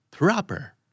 Proper